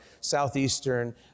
Southeastern